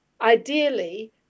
Ideally